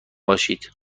باشید